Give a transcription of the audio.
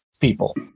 people